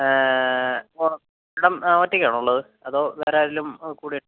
madam ഒറ്റക്കാണോ ഉള്ളത് അതോ വേറാരെങ്കിലും കൂടെ